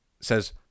says